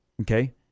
okay